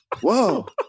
Whoa